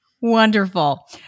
Wonderful